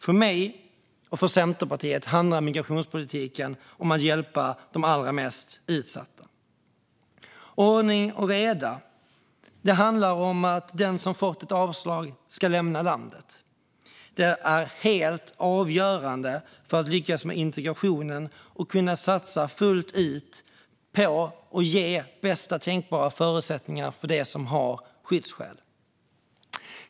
För mig och för Centerpartiet handlar migrationspolitiken om att hjälpa de allra mest utsatta. Ordning och reda handlar om att den som fått ett avslag ska lämna landet. Det är helt avgörande för att man ska lyckas med integrationen och fullt ut kunna satsa på att ge bästa tänkbara förutsättningar för dem som har skyddsskäl.